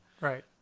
Right